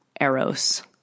eros